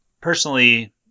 personally